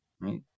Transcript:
right